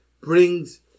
brings